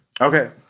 Okay